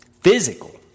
physical